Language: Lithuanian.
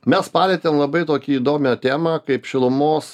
mes palietėm labai tokį įdomią temą kaip šilumos